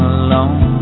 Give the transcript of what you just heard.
alone